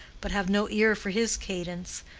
but have no ear for his cadence,